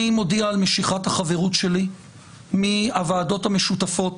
אני מודיע על משיכת החברות שלי מהוועדות המשותפות